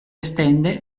estende